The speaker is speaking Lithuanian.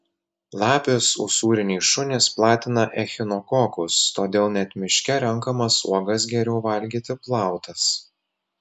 lapės usūriniai šunys platina echinokokus todėl net miške renkamas uogas geriau valgyti plautas